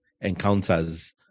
encounters